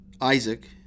Isaac